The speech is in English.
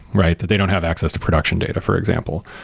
right? that they don't have access to production data, for example,